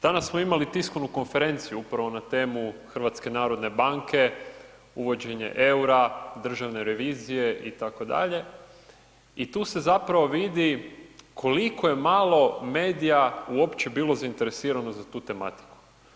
Danas smo imali tiskovnu konferenciju upravo na temu HNB-a, uvođenje revizije, Državne revizije itd. i tu se zapravo vidi koliko je malo medija uopće bilo zainteresirano za tu tematiku.